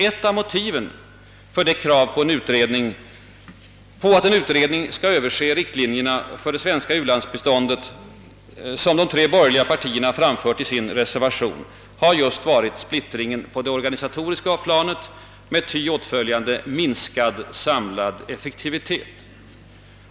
Ett av motiven för det krav på att en utredning skall överse riktlinjerna för det svenska: -.u-landsbiståndet, som de tre borgerliga partierna framför i sin reservation, har just varit splittringen på det organisatoriska planet med ty åtföljande. minskad samlad effektivitet.